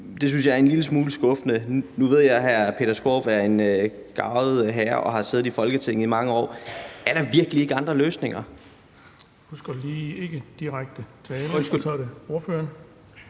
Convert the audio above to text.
Det synes jeg er en lille smule skuffende, når jeg nu ved, at hr. Peter Skaarup er en garvet herre og har siddet i Folketinget i mange år. Er der virkelig ikke andre løsninger?